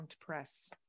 Press